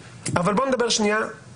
אבל בואו נדבר על החוק